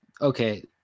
Okay